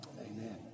Amen